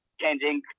changing